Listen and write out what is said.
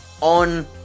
on